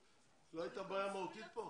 לא הייתה בעיה מהותית פה?